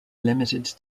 limited